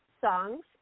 songs